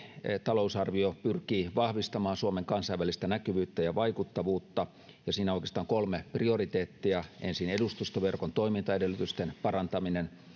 talousarvio pyrkii vahvistamaan suomen kansainvälistä näkyvyyttä ja vaikuttavuutta ja siinä on oikeastaan kolme prioriteettia ensin edustustoverkon toimintaedellytysten parantaminen